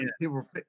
people